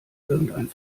irgendein